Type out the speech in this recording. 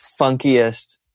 funkiest